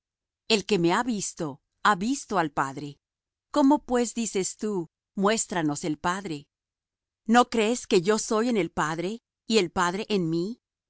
el que me ha visto ha visto al padre cómo pues dices tú muéstranos el padre no crees que yo soy en el padre y el padre en mí